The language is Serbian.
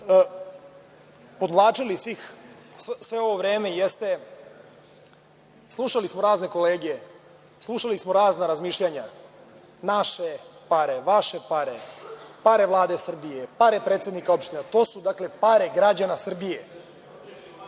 podvlačili sve ovo vreme jeste sledeće. Slušali smo razne kolege, slušali smo razna razmišljanja – naše pare, vaše pare, pare Vlade Srbije, pare predsednika opština. To su pare građana Srbije.